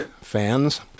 fans